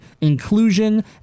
inclusion